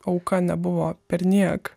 auka nebuvo perniek